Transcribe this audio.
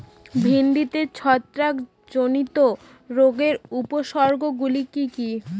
ভিন্ডিতে ছত্রাক জনিত রোগের উপসর্গ গুলি কি কী?